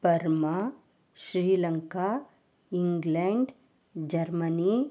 Burma Sri Lanka England Germany